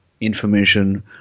information